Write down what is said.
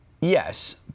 Yes